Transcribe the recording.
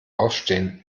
aufstehen